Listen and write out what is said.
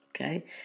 Okay